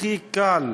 הכי קל,